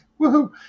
Woohoo